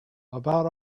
about